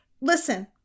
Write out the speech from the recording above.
Listen